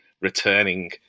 returning